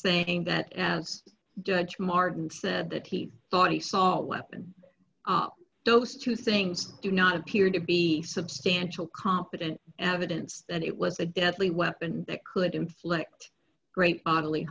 saying that as judge martin said that he thought he saw a weapon up those two things do not appear to be substantial competent evidence that it was a deadly weapon that could inflict great bodily